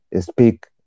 Speak